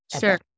Sure